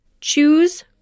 Choose